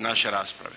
naše rasprave.